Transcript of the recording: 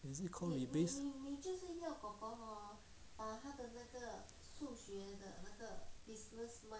is it called based